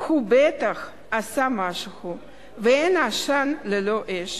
הוא בטח עשה משהו, ושאין עשן ללא אש.